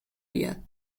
بیاد